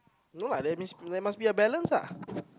no lah there miss there must be a balance ah